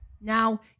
Now